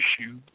issue